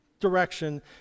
direction